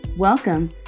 Welcome